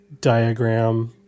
diagram